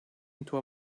into